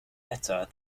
better